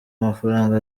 amafaranga